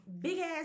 big-ass